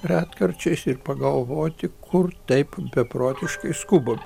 retkarčiais ir pagalvoti kur taip beprotiškai skubam